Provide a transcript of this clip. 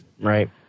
Right